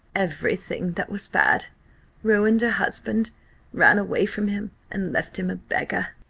every thing that was bad ruined her husband ran away from him and left him a beggar.